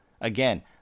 Again